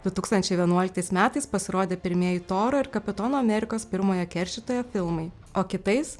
du tūkstančiai vienuoliktais metais pasirodė pirmieji toro ir kapitono amerikos pirmojo keršytojo filmai o kitais